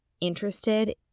interested